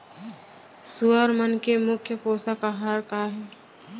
सुअर मन के मुख्य पोसक आहार का हे?